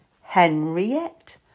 Henriette